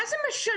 מה זה משנה?